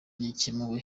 cyakemuwe